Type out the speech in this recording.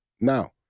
Now